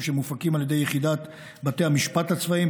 שמופקים על ידי יחידת בתי המשפט הצבאיים,